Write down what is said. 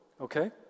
okay